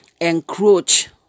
encroach